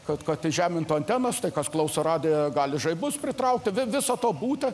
kad tai žemintų antenas tai kas klauso radijo gali žaibus pritraukti viso to būta